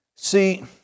See